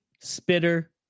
spitter